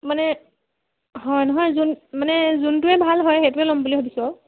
মানে হয় নহয় যোন মানে যোনটোৱে ভাল হয় সেইটোৱে ল'ম বুলি ভাবিছোঁ আৰু